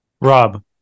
Rob